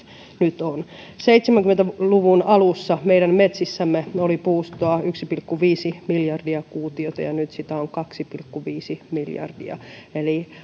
nyt on seitsemänkymmentä luvun alussa meidän metsissämme oli puustoa yksi pilkku viisi miljardia kuutiota ja nyt sitä on kaksi pilkku viisi miljardia eli